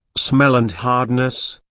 smell and hardness,